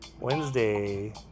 Wednesday